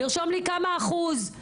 לרשום לי כמה אחוז.